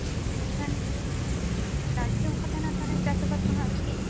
ᱢᱮᱱᱠᱷᱟᱱ ᱫᱟᱜ ᱡᱚᱫᱤ ᱚᱱᱠᱟ ᱛᱟᱦᱮᱱᱟ ᱛᱟᱦᱚᱞᱮ ᱪᱟᱥ ᱟᱵᱟᱫ ᱠᱚᱦᱟᱜ ᱠᱟᱹᱴᱤᱡ